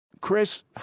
Chris